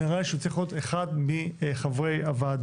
נראה לי שהוא צריך להיות אחד מחברי הוועדה.